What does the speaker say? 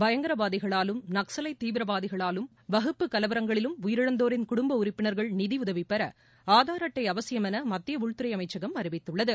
பயங்கரவாதிகளாலும் நக்சலைட் தீவிரவாதிகளாலும் வகுப்பு கலவரங்களிலும் உயிரிழந்தோரின் குடும்ப உறுப்பினர்கள் நிதியுதவி பெற ஆதார் அட்டை அவசியம் என மத்திய உள்துறை அமைச்சகம் அறிவித்துள்ளது